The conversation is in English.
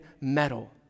metal